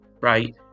right